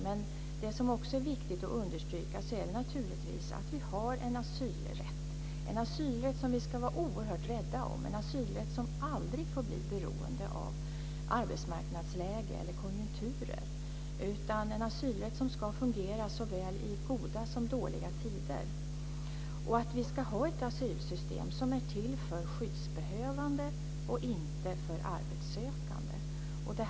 Men det som också är viktigt att understryka är naturligtvis att vi har en asylrätt, en asylrätt som vi ska vara oerhört rädda om och som aldrig får bli beroende av arbetsmarknadsläge eller konjunkturer, utan en asylrätt som ska fungera i såväl goda som dåliga tider. Vi ska ha ett asylsystem som är till för skyddsbehövande och inte för arbetssökande.